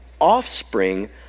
offspring